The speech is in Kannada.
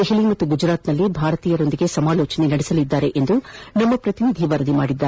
ದೆಹಲಿ ಮತ್ತು ಗುಜರಾತ್ನಲ್ಲಿ ಭಾರತೀಯರೊಂದಿಗೆ ಸಮಾಲೋಚನೆ ನಡೆಸಲಿದ್ದಾರೆ ಎಂದು ನಮ್ನ ಪ್ರತಿನಿಧಿ ವರದಿ ಮಾಡಿದ್ದಾರೆ